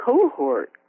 cohort